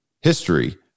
history